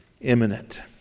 imminent